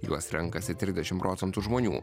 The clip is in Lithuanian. juos renkasi trisdešim procentų žmonių